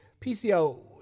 PCO